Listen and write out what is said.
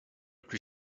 plus